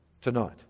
tonight